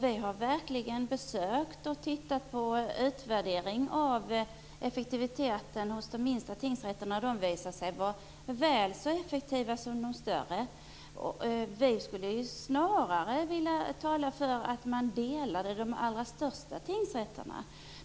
Vi har verkligen gjort besök och även tittat närmare på utvärderingen av effektiviteten hos de minsta tingsrätterna, som visar sig vara väl så effektiva som de större. Vi skulle snarare vilja tala för en delning av de allra största tingsrätterna.